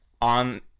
on